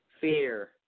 fear